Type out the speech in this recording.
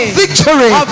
victory